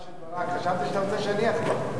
רוצה שאני אחתום.